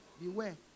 Beware